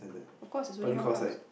of course is only one class